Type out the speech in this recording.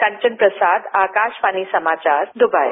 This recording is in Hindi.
कंचन प्रसाद आकाशवाणी समाचार दुबई